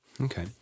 Okay